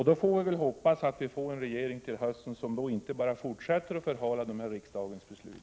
Då skall vi hoppas att vi till hösten får en regering som inte bara fortsätter att förhala riksdagens beslut.